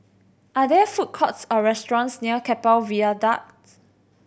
are there food courts or restaurants near Keppel Viaduct